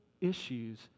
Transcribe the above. issues